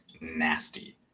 nasty